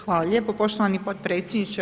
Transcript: Hvala lijepo poštovani potpredsjedniče.